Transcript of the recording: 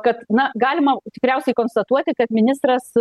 kad na galima tikriausiai konstatuoti kad ministras